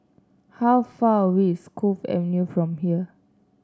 how far away is Cove Avenue from here